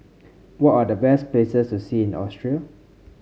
what are the best places to see in Austria